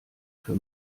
für